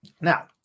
Now